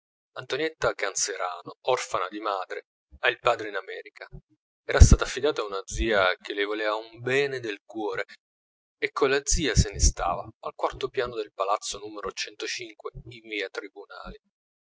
antonietta canserano orfana di madre ha il padre in america era stata affidata a una zia che le voleva un bene del cuore e con la zia se ne stava al quarto piano del palazzo numero in via tribunali